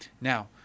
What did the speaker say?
Now